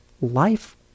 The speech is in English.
life